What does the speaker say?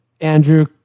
Andrew